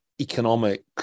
economic